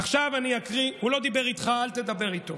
עכשיו אני אקריא, הוא לא דיבר איתך, אל תדבר איתו.